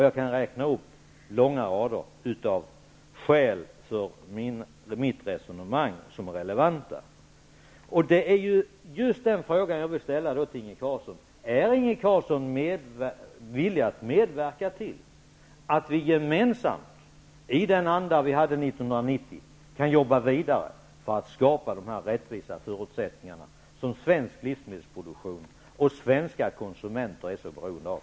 Jag kan räkna upp långa rader av skäl som är relevanta för mitt resonemang. Carlsson villig att medverka till att vi gemensamt, i den anda vi hade 1990, kan jobba vidare för att skapa de rättvisa förutsättningar som svensk livsmedelsproduktion och svenska konsumenter är så beroende av?